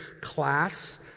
class